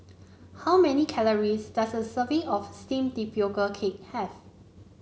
how many calories does a serving of steamed Tapioca Cake have